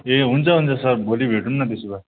ए हुन्छ हुन्छ सर भोलि भेटौँ न त्यसो भए